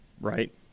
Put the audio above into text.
right